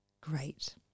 Great